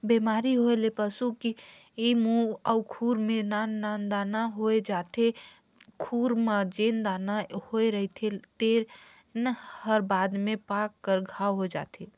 बेमारी होए ले पसू की मूंह अउ खूर में नान नान दाना होय जाथे, खूर म जेन दाना होए रहिथे तेन हर बाद में पाक कर घांव हो जाथे